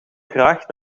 graag